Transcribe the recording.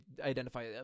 identify